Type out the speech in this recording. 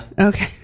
Okay